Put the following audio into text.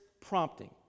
prompting